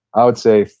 i would say,